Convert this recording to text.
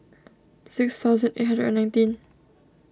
six thousand eight hundred and nineteen